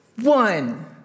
One